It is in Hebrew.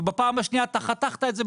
ובפעם השנייה אתה חתכת את זה,